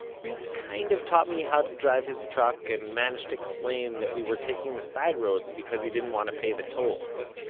he kind of taught me how to drive his truck, and managed to explain that we were taking the sideroads because he didn't want to pay the tolls,